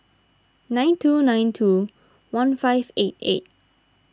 nine two nine two one five eight eight